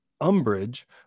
umbrage